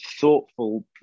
thoughtful